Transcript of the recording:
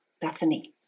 Bethany